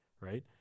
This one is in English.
right